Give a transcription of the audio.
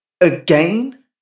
Again